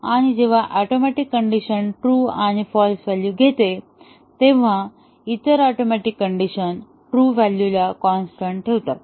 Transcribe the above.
आणि जेव्हा atomic condition true आणि फाँल्स व्हॅल्यू घेते तेव्हा इतर ऍटोमिक कण्डिशन ट्रू व्हॅल्यूला कॉन्स्टन्ट ठेवतात